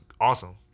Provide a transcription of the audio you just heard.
awesome